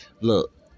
Look